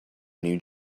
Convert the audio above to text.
new